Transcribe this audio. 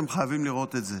אתם חייבים לראות את זה,